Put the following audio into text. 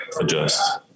adjust